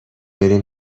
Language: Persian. بریم